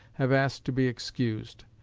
have asked to be excused.